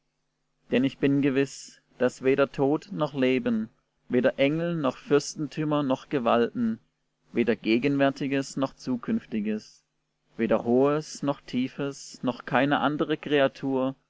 denn ich bin gewiß daß weder tod noch leben weder engel noch fürstentümer noch gewalten weder gegenwärtiges noch zukünftiges weder hohes noch tiefes noch keine andere kreatur